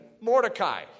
Mordecai